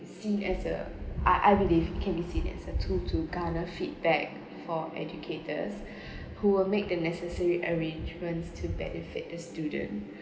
seen as a I I believe can be seen as a tool to garner feedback for educators who will make the necessary arrangements to benefit the students